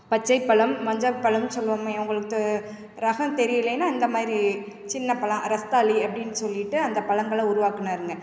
பச்சை பழம் மஞ்சள் பழம் சொல்லுவோமே உங்களுக்கு ரகம் தெரியலன்னா இந்த மாதிரி சின்னப் பழம் ரஸ்தாளி அப்படின்னு சொல்லிவிட்டு அந்தப் பழங்கள உருவாக்கினாருங்க